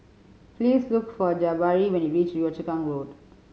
please look for Jabari when you reach Yio Chu Kang Road